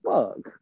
Fuck